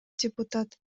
депутат